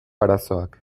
arazoak